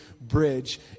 Bridge